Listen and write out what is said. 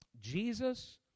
Jesus